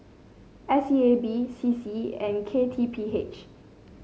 S E A B C C and K T P H